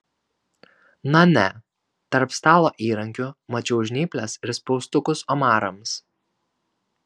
na ne tarp stalo įrankių mačiau žnyples ir spaustukus omarams